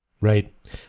Right